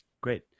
Great